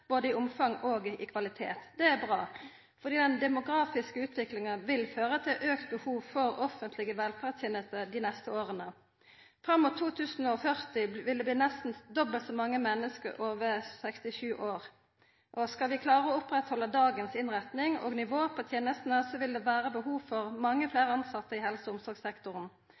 både i omfang og i kvalitet. Det er bra. Den demografiske utviklinga vil føra til auka behov for offentlege velferdstenester dei neste åra. Fram mot 2040 vil det nesten verta dobbelt så mange menneske over 67 år. Skal vi klara å halda oppe dagens innretning og nivå på tenestene, vil det vera behov for mange fleire tilsette i helse- og omsorgssektoren.